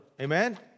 Amen